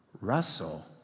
Russell